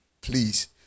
please